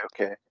Okay